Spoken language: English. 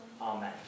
Amen